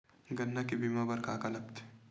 गन्ना के बीमा बर का का लगथे?